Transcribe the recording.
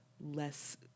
less